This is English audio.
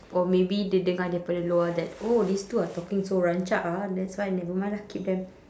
or maybe dia dengar daripada luar that oh these two are talking so rancak ah that's why nevermind lah keep them